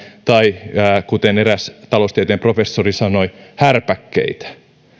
tai kuten eräs taloustieteen professori sanoi härpäkkeitä